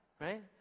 right